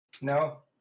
No